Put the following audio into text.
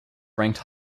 ranked